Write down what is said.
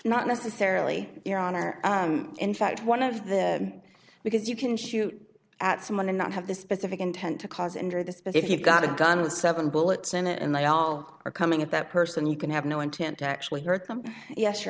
not necessarily your honor in fact one of the because you can shoot at someone and not have the specific intent to cause injury this but if you've got a gun with seven bullets in it and they all are coming at that person you can have no intent to actually hurt them yes your